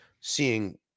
seeing